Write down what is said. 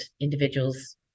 individuals